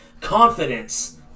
confidence